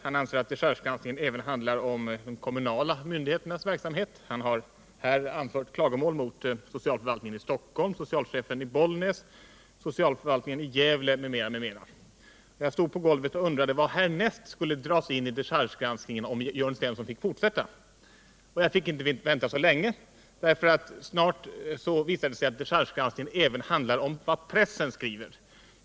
Han anser att dechargegranskningen även handlar om de kommunala myndigheternas verksamhet. Jörn Svensson framförde klagomål mot socialförvaltningen i Stockholm, socialchefen i Bollnäs, socialförvaltningen i Gävle etc. Jag undrade vad som härnäst skulle dras in i dechargegranskningen om Jörn Svensson fick fortsätta. Jag behövde inte vänta länge. Snart visade det sig att dechargegranskningen även handlar om vad pressen skriver.